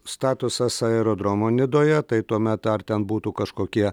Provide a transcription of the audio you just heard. statusas aerodromo nidoje tai tuomet ar ten būtų kažkokie